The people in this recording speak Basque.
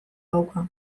dauka